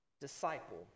disciple